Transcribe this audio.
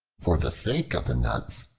for the sake of the nuts,